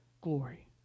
glory